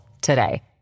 today